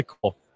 cool